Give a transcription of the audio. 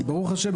אבל ברוך השם,